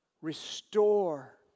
restore